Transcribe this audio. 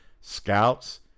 scouts